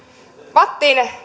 vattin